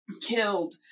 killed